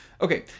Okay